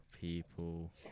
people